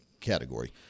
category